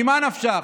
ממה נפשך?